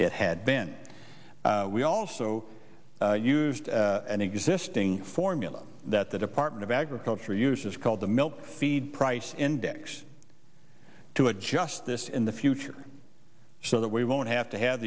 it had been we also used an existing formula that the department of agriculture uses called the milk feed price index to adjust this in the future so that we won't have to have